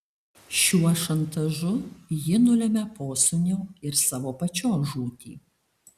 šiuo šantažu ji nulemia posūnio ir savo pačios žūtį